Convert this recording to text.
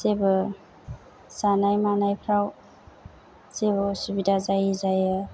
जेबो जानाय मानायफ्राव जेबो उसुबिदा जायै जायो